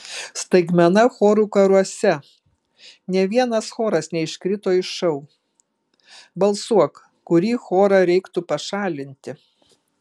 staigmena chorų karuose nė vienas choras neiškrito iš šou balsuok kurį chorą reiktų pašalinti